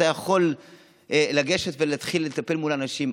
אתה יכול לגשת ולהתחיל לטפל באנשים.